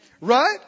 Right